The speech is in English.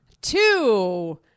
two